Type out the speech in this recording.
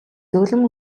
зөөлөн